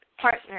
partner